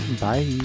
Bye